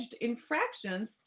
infractions